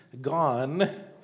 gone